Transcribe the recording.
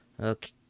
Okay